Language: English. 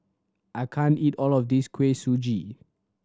I can't eat all of this Kuih Suji